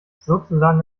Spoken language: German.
sozusagen